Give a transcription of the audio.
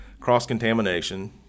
cross-contamination